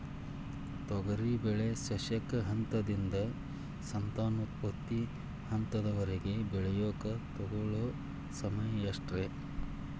ತೊಗರಿ ಸಸ್ಯಕ ಹಂತದಿಂದ, ಸಂತಾನೋತ್ಪತ್ತಿ ಹಂತದವರೆಗ ಬೆಳೆಯಾಕ ತಗೊಳ್ಳೋ ಸಮಯ ಎಷ್ಟರೇ?